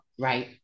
right